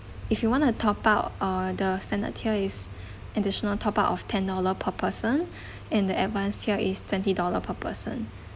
if you wanna top up uh the standard tier is additional top up of ten dollar per person and the advanced tier is twenty dollar per person